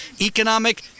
economic